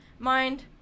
Mind